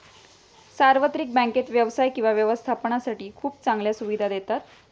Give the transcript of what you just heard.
सार्वत्रिक बँकेत व्यवसाय किंवा व्यवस्थापनासाठी खूप चांगल्या सुविधा देतात